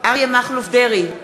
אריה מכלוף דרעי,